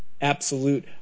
Absolute